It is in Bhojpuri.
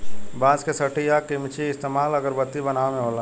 बांस के सठी आ किमची के इस्तमाल अगरबत्ती बनावे मे होला